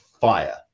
fire